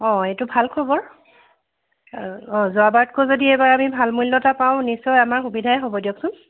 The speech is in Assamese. অ এইটো ভাল খবৰ অ যোৱাবাৰতকৈ যদি এইবাৰ আমি ভাল মূল্য এটা পাওঁ নিশ্চয় আমাৰ সুবিধাই হ'ব দিয়কচোন